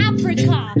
Africa